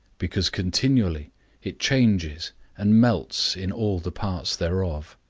because continually it changes and melts in all the parts thereof.